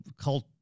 cult